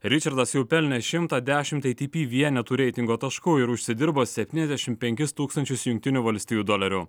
ričardas jau pelnė šimtą dešimt eitipi vienetų reitingo taškų ir užsidirbo septyniasdešimt penkis tūkstančius jungtinių valstijų dolerių